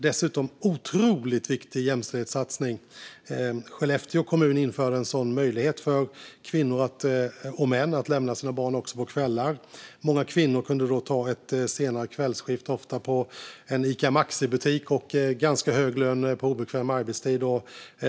Dessutom är detta en otroligt viktig jämställhetssatsning. Skellefteå kommun införde en sådan möjlighet för kvinnor och män att lämna sina barn också på kvällar. Många kvinnor kunde då ta ett senare kvällsskift, ofta på en ICA Maxi-butik med ganska hög lön på obekväm arbetstid.